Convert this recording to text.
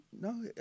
No